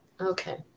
okay